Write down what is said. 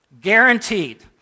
Guaranteed